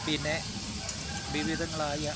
പിന്നെ വിവിധങ്ങളായ